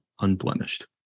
unblemished